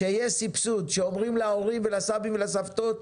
שיהיה סבסוד, שאומרים להורים ולסבים ולסבתות,